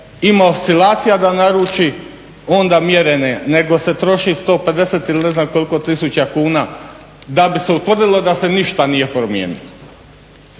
ima oscilacija da naruči onda mjerenje, nego se troši 150 ili ne znam koliko tisuća kuna da bi se utvrdilo da se ništa nije promijenilo.